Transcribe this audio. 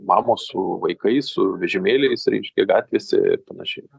mamos su vaikais su vežimėliais reiškia gatvėse ir panašiai